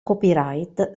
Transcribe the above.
copyright